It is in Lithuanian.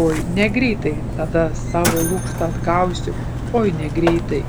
oi negreitai tada savo lukštą atgausi oi negreitai